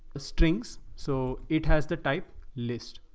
ah strings. so it has the type list.